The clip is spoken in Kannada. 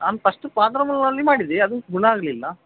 ನಾನು ಫಸ್ಟ್ ಫಾದರ್ ಮುಲ್ಲರಲ್ಲಿ ಮಾಡಿದೆ ಅದು ಗುಣ ಆಗಲಿಲ್ಲ